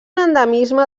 endemisme